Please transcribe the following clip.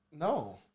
No